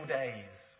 days